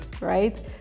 right